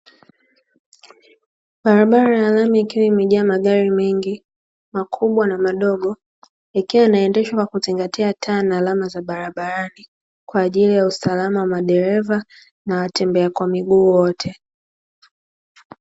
Barabara ya lami, ikiwa imejaa magari mengi makubwa na madogo, yakiwa yanaendeshwa kwa kuzingatia taa na alama za barabarani kwajili ya usalama wa madereva na watembea kwa miguu wote.